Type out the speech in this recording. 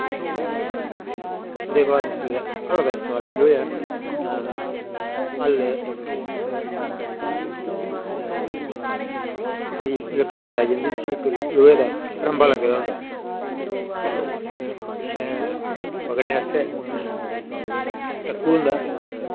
ते ओह्दे बाद जिसलै हल्ल दा इस्तेमाल शुरू होआ ऐ हल्ल लकड़ियै दी बनाई जंदी उस्सी इक लोहे दा रंभा लग्गे दा होंदा पिच्छें पकड़ने आस्तै इक होंदा